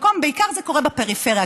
ובעיקר זה קורה בפריפריה,